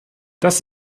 das